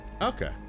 Okay